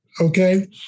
okay